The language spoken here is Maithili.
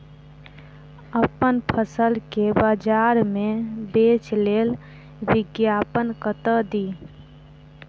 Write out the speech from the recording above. अप्पन फसल केँ बजार मे बेच लेल विज्ञापन कतह दी?